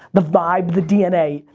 the vibe, the dna,